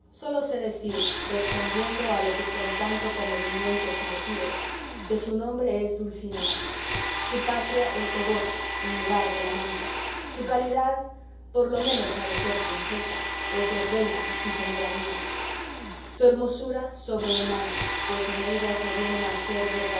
sólo sé decir respondiendo a lo que con tanto comedimiento se me pide que su nombre es dulcinea su patria el toboso un lugar de la mancha su calidad por lo menos ha de ser de princesa pues es reina y señora mía su hermosura sobrehumana pues en ella se vienen a hacer